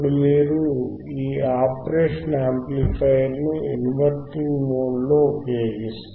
ఇప్పుడు మీరు ఈ ఆపరేషన్ యాంప్లిఫయర్ను ఇంవర్టింగ్ మోడ్లో ఉపయోగిస్తున్నారు